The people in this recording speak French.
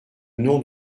nom